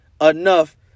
enough